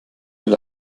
will